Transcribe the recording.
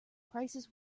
prices